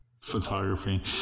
photography